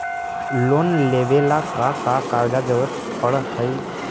Loan लेवेला का का कागजात जरूरत पड़ हइ?